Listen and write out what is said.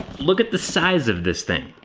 look at the size of this thing.